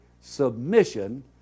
submission